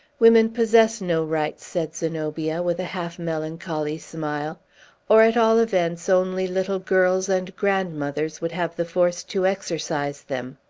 women possess no rights, said zenobia, with a half-melancholy smile or, at all events, only little girls and grandmothers would have the force to exercise them.